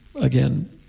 again